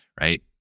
Right